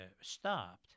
stopped